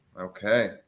Okay